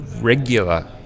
regular